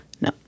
No